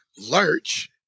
Lurch